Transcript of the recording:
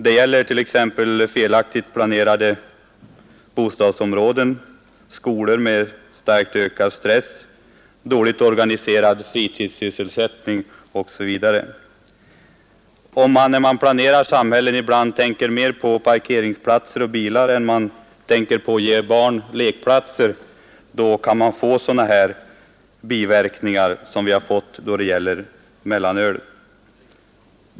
Jag tänker t.ex. på felaktigt planerade bostadsområden, skolor med starkt ökad stress, dåligt organiserad fritidssysselsättning, osv. Om man när man planerar samhällen tänker mera på parkeringsplatser och bilar än på att ge barn lekplatser kan man få sådana här biverkningar som vi fått när det gäller mellanölet.